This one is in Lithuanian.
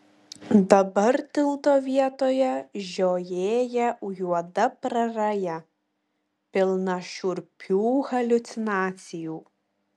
dabar tilto vietoje žiojėja juoda praraja pilna šiurpių haliucinacijų